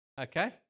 Okay